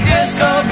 Disco